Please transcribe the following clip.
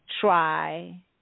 try